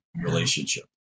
relationship